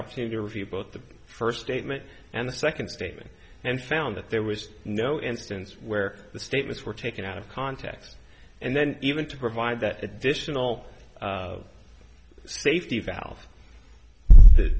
opportunity to review both the first statement and the second statement and found that there was no instance where the statements were taken out of context and then even to provide that additional safety